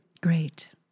Great